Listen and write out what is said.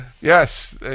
Yes